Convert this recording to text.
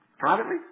Privately